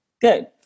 Good